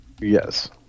Yes